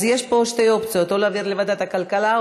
אז יש פה שתי אופציות: או להעביר לוועדת הכלכלה,